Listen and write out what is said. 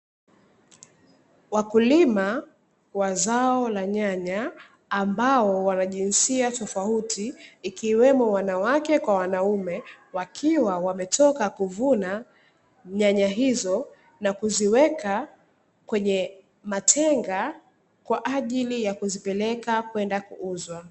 Wakulima wa zao la nyanya ambao wanajinsia tofauti ikiwemo wanawake kwa wanaume, wakiwa wametoka kuvuna nyanya hizo na kuziweka kwenye matenga kwaajili ya kuzipeleka kwenda kuuzwa.